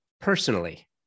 personally